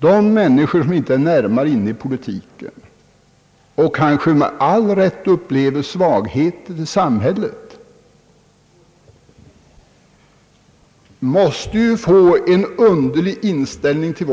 De människor som inte är närmare insatta i politiken och som, kanske med all rätt, upplever svagheter i samhället, måste ju få en underlig inställning till